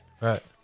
Right